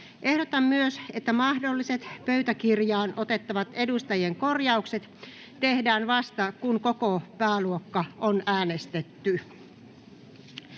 Ehdotan myös, että mahdolliset pöytäkirjaan otettavat edustajien korjaukset tehdään vasta, kun koko pääluokka on äänestetty.